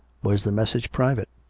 was the message private?